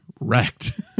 wrecked